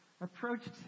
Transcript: approached